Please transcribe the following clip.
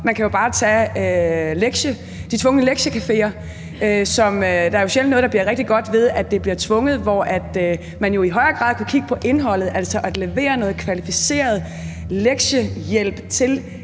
Man kan jo bare tage de tvungne lektiecaféer, for der er jo sjældent noget, der bliver rigtig godt, når det bliver tvunget igennem. Der kan man jo i højere grad kigge på indholdet, altså at levere noget kvalificeret lektiehjælp til de